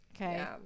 okay